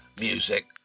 Music